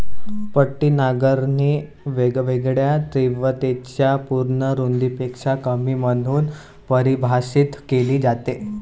पट्टी नांगरणी वेगवेगळ्या तीव्रतेच्या पूर्ण रुंदीपेक्षा कमी म्हणून परिभाषित केली जाते